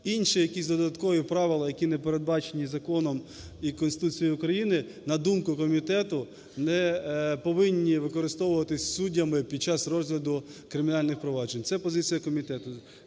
Інші якісь додаткові правила, які не передбачені законом і Конституцією України, на думку комітету, не повинні використовуватись суддями під час розгляду кримінальних проваджень – це позиція комітету.